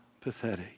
pathetic